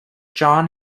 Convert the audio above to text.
john